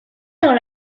dans